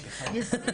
סליחה.